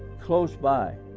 close by